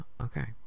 okay